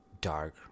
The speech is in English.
dark